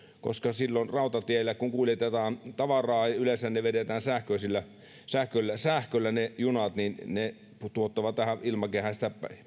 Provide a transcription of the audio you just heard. koska silloin kun rautatiellä kuljetetaan tavaraa yleensä junat vedetään sähköllä sähköllä ne tuottavat ilmakehään